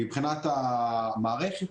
מבחינת המערכת,